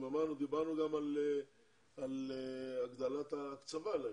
דיברנו גם על הגדלת ההקצבה להן.